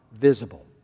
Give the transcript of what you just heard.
visible